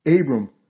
Abram